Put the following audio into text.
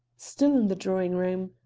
still in the drawing-room.